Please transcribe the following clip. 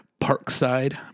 Parkside